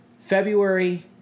February